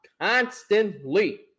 constantly